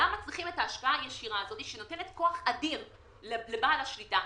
למה צריכים את ההשקעה הישירה הזאת שנותנת כוח אדיר לבעל השליטה?